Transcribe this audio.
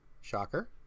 Shocker